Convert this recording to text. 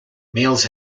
males